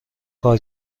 کار